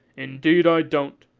indeed i don't.